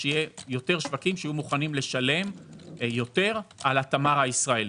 שיהיו יותר שווקים שיהיו מוכנים לשלם יותר על התמר הישראלי.